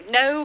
no